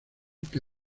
que